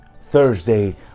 Thursday